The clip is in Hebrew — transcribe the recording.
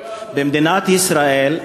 לא יעזור.